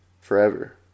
Forever